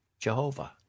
Jehovah